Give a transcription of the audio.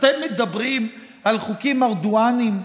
אתם מדברים על חוקים ארדואניים?